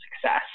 success